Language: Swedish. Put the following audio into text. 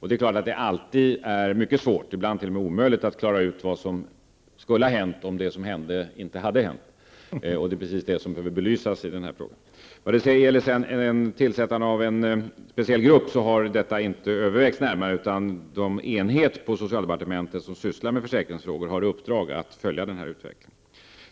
Det är klart att det alltid är mycket svårt, ibland t.o.m. omöjligt, att klara ut vad som skulle ha hänt, om det som hände inte hade hänt. Det är precis det som behöver belysas i den här frågan. Det har inte övervägts närmare att tillsätta någon särskild grupp. Den enhet på socialdepartementet som sysslar med försäkringsfrågor har i uppdrag att följa utvecklingen.